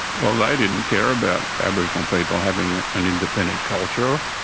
well they didn't care about aboriginal people having an independent culture,